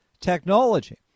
technology